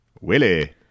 Willie